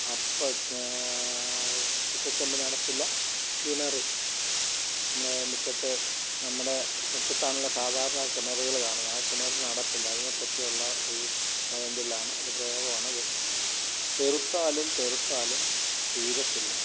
അപ്പം മുറ്റത്തെ ചെപ്പിനടപ്പില്ല കിണർ മുറ്റത്തെ നമ്മുടെ മുറ്റത്താണല്ലോ സാധാരണ കിണറുകൾ കാണുന്നത് ആ കിണറിനടപ്പില്ല അതിനെപ്പറ്റിയുള്ള ഒരു പഴഞ്ചൊല്ലാണ് അല്ലെങ്കിൽ പ്രയോഗമാണ് അത് തെറുത്താലും തെറുത്താലും തീരത്തില്ല